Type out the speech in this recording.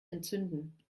entzünden